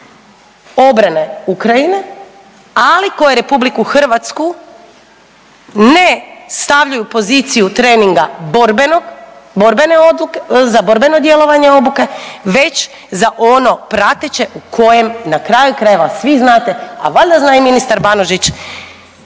obrane Ukrajine, ali koje RH ne stavlja u poziciju treninga borbenog, borbene .../nerazumljivo/... za borbeno djelovanje obuke, već za ono prateće u kojem, na kraju krajeva, svi znate, a valjda zna i ministar Banožić,